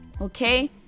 Okay